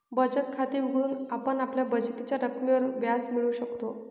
बचत खाते उघडून आपण आपल्या बचतीच्या रकमेवर व्याज मिळवू शकतो